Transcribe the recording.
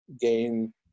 gain